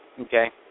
Okay